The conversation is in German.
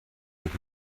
und